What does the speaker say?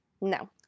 no